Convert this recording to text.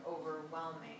overwhelming